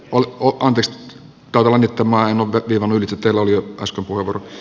on pesty kalkitumaan lämpötila noin kello arvoisa puhemies